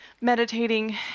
meditating